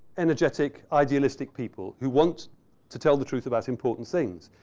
energetic, idealistic people who want to tell the truth about important things.